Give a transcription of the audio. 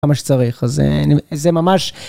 כמה שצריך, אז זה ממש...